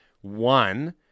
one